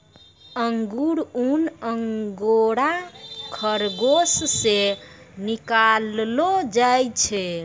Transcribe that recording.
अंगुरा ऊन अंगोरा खरगोस से निकाललो जाय छै